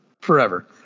Forever